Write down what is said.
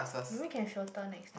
maybe can filter next